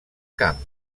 camp